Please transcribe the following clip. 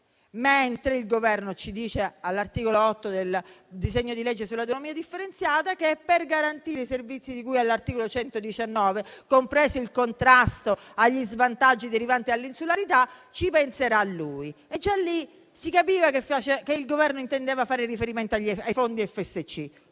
mentre il Governo, all'articolo 8 del disegno di legge sull'autonomia differenziata, ci dice che provvederà a garantire i servizi di cui all'articolo 119, compreso il contrasto agli svantaggi derivanti dall'insularità. Già lì si capiva che il Governo intendeva fare riferimento ai fondi FSC.